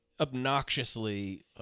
Obnoxiously